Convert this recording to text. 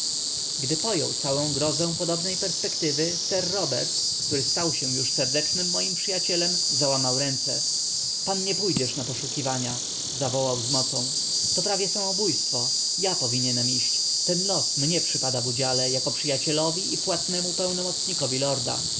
pojął całą grozę podobnej perspektywy sir robert który stał się już serdecznym moim przyjacielem załamał ręce pan nie pójdziesz na poszukiwania zawołał z mocą to prawie samobójstwo ja powinienem iść ten los ranie przypada w udziale jako przyjacielowi i płatnemu pełnomocnikowi lorda